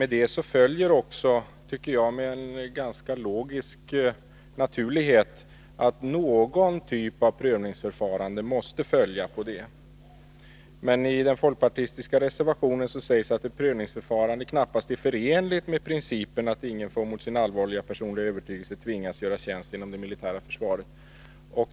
Därav följer logiskt, tycker jag, att någon typ av prövningsförfarande måste finnas. Men i den folkpartistiska reservationen sägs att ett prövningsförfarande knappast är förenligt med principen att ingen får mot sin allvarliga personliga övertygelse tvingas göra tjänst inom det militära försvaret.